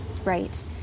Right